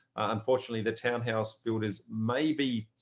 unfortunately, the townhouse build is maybe